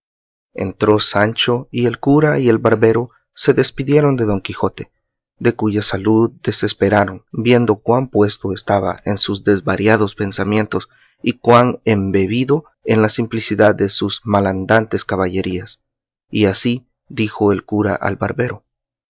entró sancho y el cura y el barbero se despidieron de don quijote de cuya salud desesperaron viendo cuán puesto estaba en sus desvariados pensamientos y cuán embebido en la simplicidad de sus malandantes caballerías y así dijo el cura al barbero